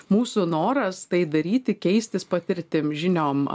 mūsų noras tai daryti keistis patirtim žiniom